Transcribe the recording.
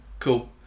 Cool